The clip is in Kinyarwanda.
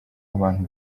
abantu